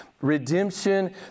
Redemption